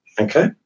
Okay